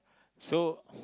so